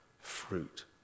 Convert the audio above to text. fruit